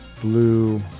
blue